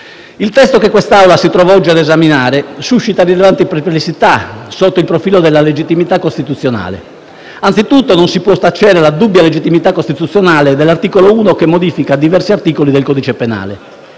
Il testo che quest'Aula si trova oggi ad esaminare suscita rilevanti perplessità sotto il profilo della legittimità costituzionale. Anzitutto non si può tacere la dubbia legittimità costituzionale dell'articolo 1 che modifica diversi articoli del codice penale.